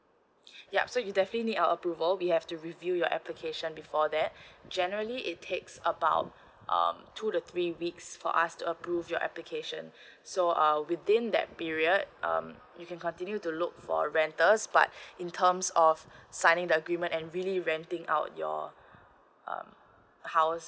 yup so you definitely need our approval we have to review your application before that generally it takes about um two to three weeks for us to approve your application so uh within that period um you can continue to look for renter but in terms of signing the agreement and really renting out your uh house